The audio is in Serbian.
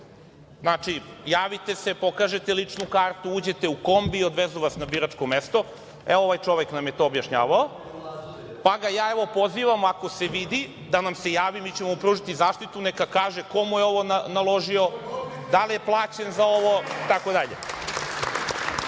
Znači, javite se pokažete ličnu kartu uđete u kombi i odvezu vas na biračko mesto. Evo, ovaj čovek nam je to objašnjavao, pa ga ja evo pozivam ako se vidi da nam se javi mi ćemo pružiti zaštitu neka kaže ko mu je ovo naložio, da li je plaćen za ovo itd.E sada,